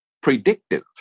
predictive